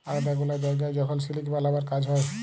আলেদা গুলা জায়গায় যখল সিলিক বালাবার কাজ হ্যয়